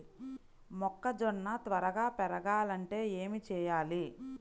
మొక్కజోన్న త్వరగా పెరగాలంటే ఏమి చెయ్యాలి?